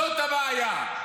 זאת הבעיה.